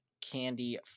candy